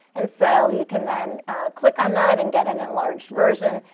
and so you can then click on that and get an enlarged version,